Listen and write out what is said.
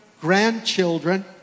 grandchildren